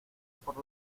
por